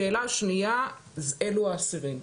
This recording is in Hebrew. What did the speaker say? שאלה שנייה היא האסירים.